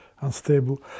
unstable